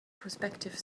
prospective